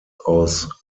aus